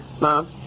Mom